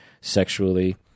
sexually